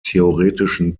theoretischen